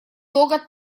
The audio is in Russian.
того